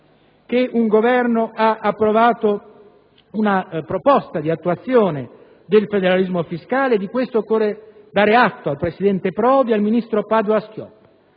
che un Governo ha approvato una proposta di attuazione del federalismo fiscale e di questo occorre dare atto al presidente Prodi e al ministro Padoa-Schioppa.